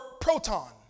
proton